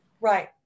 Right